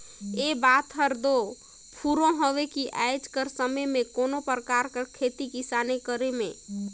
ए बात हर दो फुरों हवे कि आएज कर समे में कोनो परकार कर खेती किसानी करे में